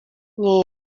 nie